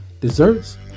desserts